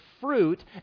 fruit